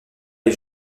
est